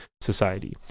society